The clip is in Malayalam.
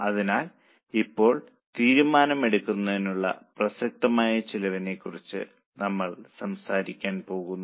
അതിനാൽ ഇപ്പോൾ തീരുമാനമെടുക്കുന്നതിനുള്ള പ്രസക്തമായ ചിലവിനെക്കുറിച്ച് നമ്മൾ സംസാരിക്കാൻ പോകുന്നു